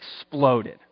exploded